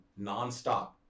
nonstop